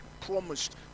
promised